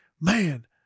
man